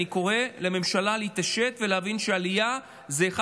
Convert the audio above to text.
אני קורא לממשלה להתעשת ולהבין שעלייה היא אחד